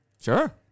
Sure